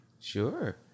sure